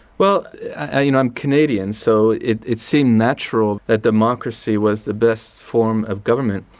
well ah you know i'm canadian, so it it seemed natural that democracy was the best form of government.